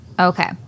Okay